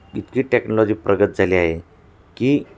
इतकी टेक्नॉलॉजी प्रगत झाली आहे की